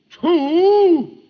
two